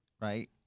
right